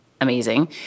amazing